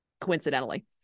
coincidentally